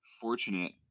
fortunate